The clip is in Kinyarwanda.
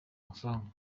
amafaranga